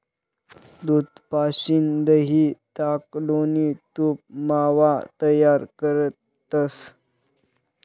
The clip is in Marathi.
दूध पाशीन दही, ताक, लोणी, तूप, मावा तयार करतंस